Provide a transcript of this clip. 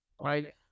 right